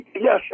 Yes